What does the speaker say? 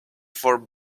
for